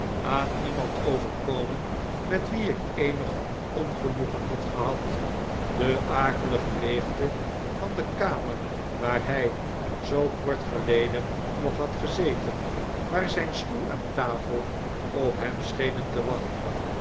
aan iemand overkomen met wien ik eenig ongenoegen had gehad de akelige leegte van de kamer waar hij zoo kort geleden nog had gezeten waar zijn stoel en tafel op hem schenen te wachten